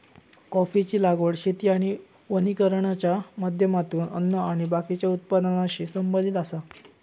कॉफीची लागवड शेती आणि वानिकरणाच्या माध्यमातून अन्न आणि बाकीच्या उत्पादनाशी संबंधित आसा